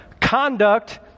Conduct